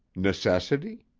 necessity?